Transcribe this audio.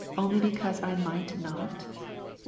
only because i might not?